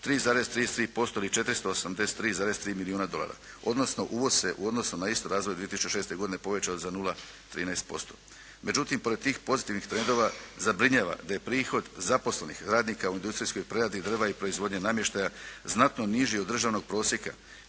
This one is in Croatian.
3,33% ili 483,3 milijuna dolara. Odnosno uvoz se u odnosu na isto razdoblje 2006. godine povećao za 0,13%. Međutim pored tih pozitivnih trendova zabrinjava da je prihod zaposlenih radnika u industrijskoj preradi drva i proizvodnji namještaja znatno niži od državnog prosjeka.